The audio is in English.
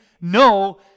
no